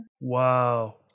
Wow